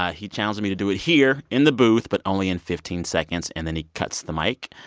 ah he challenged me to do it here in the booth but only in fifteen seconds. and then he cuts the mic.